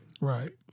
Right